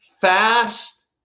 fast